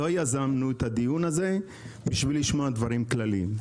לא יזמנו את הדיון הזה בשביל לשמוע דברים כלליים.